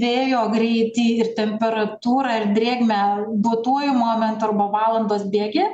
vėjo greitį ir temperatūrą ar drėgmę duotuoju momentu arba valandos bėgyje